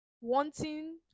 Wanting